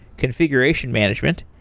configuration management,